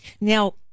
Now